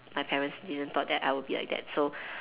my parents didn't thought that I would be like that so